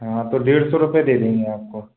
हाँ तो डेढ़ सौ रुपये दे देंगे आप को